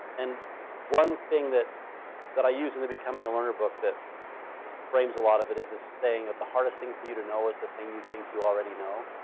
and one thing that that i use in the becoming a learner book that frames a lot of it is this saying, the hardest thing for you to know is the thing you think you already know.